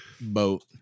boat